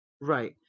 right